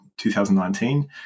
2019